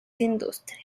industrias